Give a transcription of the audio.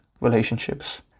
relationships